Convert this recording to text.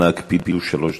אנא הקפידו, שלוש דקות.